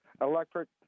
electric